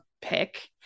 pick